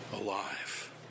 alive